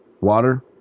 Water